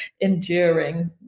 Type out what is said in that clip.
enduring